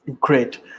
Great